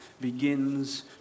begins